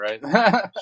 right